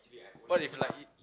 what if like